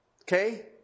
Okay